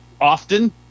often